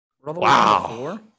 Wow